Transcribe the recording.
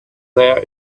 there